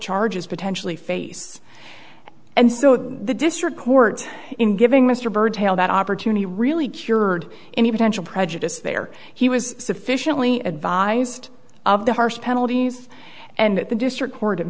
charges potentially face and so the district court in giving mr byrd tale that opportunity really cured any potential prejudice there he was sufficiently advised of the harsh penalties and the district court and